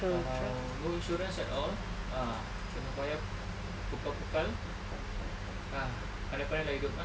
kalau no insurance at all ah kena bayar pokai-pokai ah pandai-pandai lah hidup nak